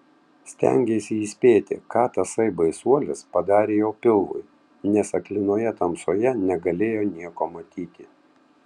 stengėsi įspėti ką tasai baisuolis padarė jo pilvui nes aklinoje tamsoje negalėjo nieko matyti